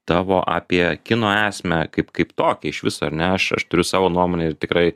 tavo apie kino esmę kaip kaip tokią iš viso ar ne aš aš turiu savo nuomonę ir tikrai